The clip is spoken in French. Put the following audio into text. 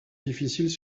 difficiles